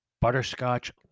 butterscotch